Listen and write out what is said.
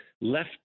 left